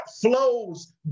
flows